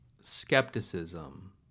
skepticism